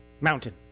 mountain